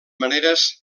maneres